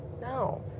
no